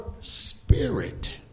spirit